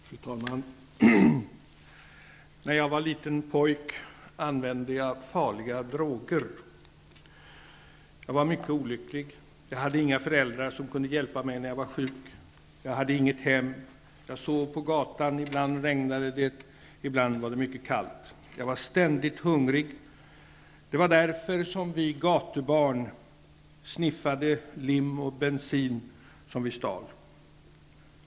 Fru talman! När jag var liten pojk, använde jag farliga droger. Jag var mycket olycklig. Jag hade inga föräldrar som kunde hjälpa mig när jag var sjuk. Jag hade inget hem. Jag sov på gatan. Ibland regnade det, ibland var det mycket kallt. Jag var ständigt hungrig. Det var därför som vi gatubarn sniffade lim och bensin som vi stal.